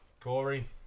Corey